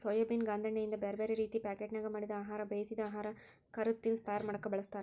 soybean ಗಾಂದೇಣ್ಣಿಯಿಂದ ಬ್ಯಾರ್ಬ್ಯಾರೇ ರೇತಿ ಪಾಕೇಟ್ನ್ಯಾಗ ಮಾಡಿದ ಆಹಾರ, ಬೇಯಿಸಿದ ಆಹಾರ, ಕರದ ತಿನಸಾ ತಯಾರ ಮಾಡಕ್ ಬಳಸ್ತಾರ